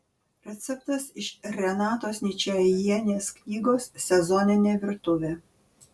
receptas iš renatos ničajienės knygos sezoninė virtuvė